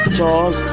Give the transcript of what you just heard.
Charles